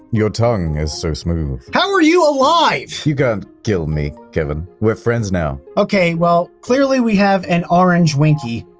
your tongue is so smooth. how are you alive? you can't kill me, kevin. we're friends now. ok, well, clearly we have an orange winkey,